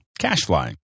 CashFly